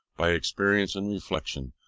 by experience and reflection,